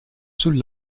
sul